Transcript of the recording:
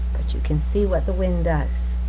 but you can see what the wind does,